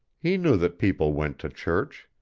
he knew that people went to church